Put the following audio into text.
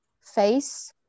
face